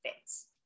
fits